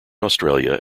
australia